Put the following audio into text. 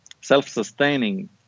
self-sustaining